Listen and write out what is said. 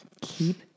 Keep